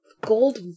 gold